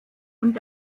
und